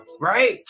right